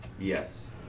Yes